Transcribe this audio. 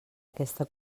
aquesta